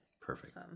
Perfect